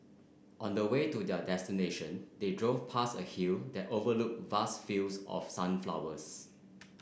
on the way to their destination they drove past a hill that overlooked vast fields of sunflowers